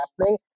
happening